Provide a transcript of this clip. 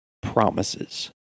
promises